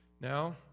Now